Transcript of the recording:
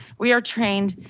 we are trained.